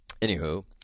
anywho